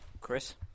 Chris